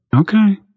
Okay